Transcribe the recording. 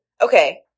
okay